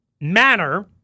manner